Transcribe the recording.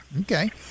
Okay